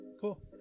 Cool